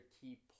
key